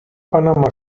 panama